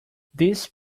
these